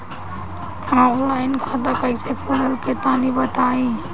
Offline खाता कइसे खुलेला तनि बताईं?